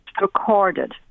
recorded